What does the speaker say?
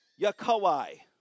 Yakawai